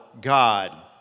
God